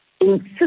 insist